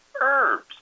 Herbs